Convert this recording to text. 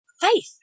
faith